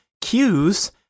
cues